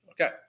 okay